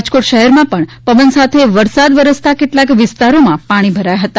રાજકોટ શહેરમાં પવન સાથે વરસાદ વરસતા કેટલાંક વિસ્તારોમાં પાણી ભરાયા હતા